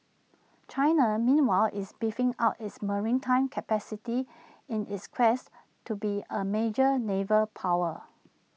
China meanwhile is beefing up its maritime capacity in its quest to be A major naval power